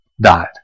died